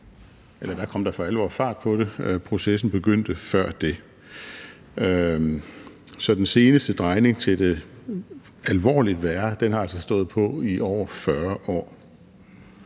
dér kom der for alvor fart på det; processen begyndte før det. Så den seneste drejning til det, der er alvorligt værre, har altså stået på i over 40 år.